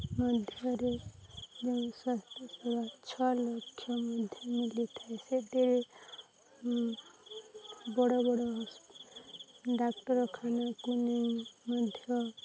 ମଧ୍ୟରେ ଯେଉଁ ସ୍ୱାସ୍ଥ୍ୟ ସେବା ଛଅ ଲକ୍ଷ ମଧ୍ୟ ମିଳିଥାଏ ସେଥିରେ ବଡ଼ ବଡ଼ ଡାକ୍ତରଖାନାକୁ ନେଇ ମଧ୍ୟ